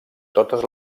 totes